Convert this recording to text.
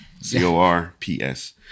C-O-R-P-S